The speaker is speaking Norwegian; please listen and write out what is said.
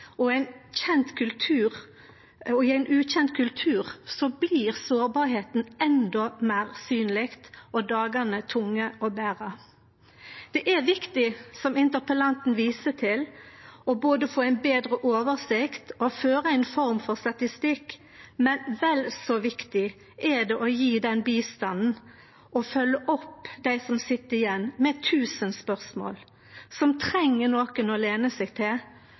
og i ein ukjend kultur, blir sårbarheita endå meir synleg og dagane tunge å bere. Det er viktig, som interpellanten viser til, både å få ei betre oversikt og å føre ei form for statistikk. Men vel så viktig er det å gje bistand og følgje opp dei som sit igjen med tusen spørsmål, som treng nokon å stø seg